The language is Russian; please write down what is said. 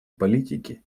политики